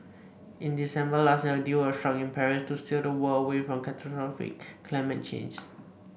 in December last year a deal was struck in Paris to steer the world away from catastrophic climate change